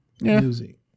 music